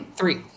Three